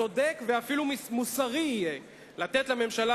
צודק ואפילו מוסרי יהיה לתת לממשלה